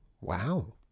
Wow